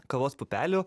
kavos pupelių